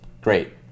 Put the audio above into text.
Great